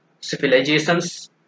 civilizations